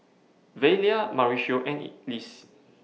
Velia Mauricio and Lise